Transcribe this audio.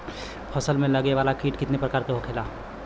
फसल में लगे वाला कीट कितने प्रकार के होखेला?